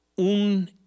un